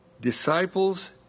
Disciples